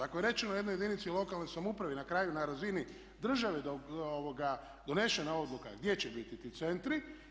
Ako je rečeno jednoj jedinici lokalne samouprave i na kraju na razini države donesena je odluka gdje će biti ti centri.